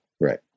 Right